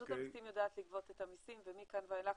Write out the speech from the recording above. רשות המיסים יודעת לגבות את המיסים ומכאן ואילך,